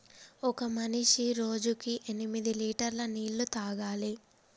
ఒక మనిషి రోజుకి ఎనిమిది లీటర్ల నీళ్లు తాగాలి